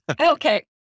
Okay